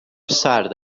سرد